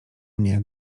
mnie